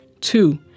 Two